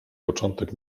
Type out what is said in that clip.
początek